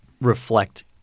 reflect